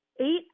eight